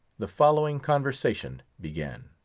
the following conversation began